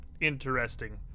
interesting